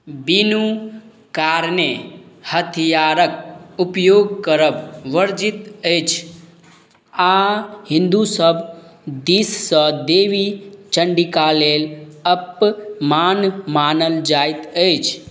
बिनु कारणे हथियारक उपयोग करब वर्जित अछि आओर हिन्दू सब दिससँ देवी चण्डिका लेल अपमान मानल जाइत अछि